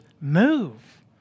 move